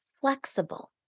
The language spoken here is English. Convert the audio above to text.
flexible